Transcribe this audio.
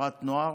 לחברת נוער,